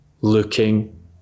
looking